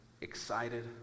excited